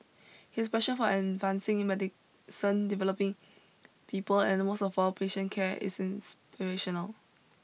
his passion for advancing medicine developing people and most of all patient care is inspirational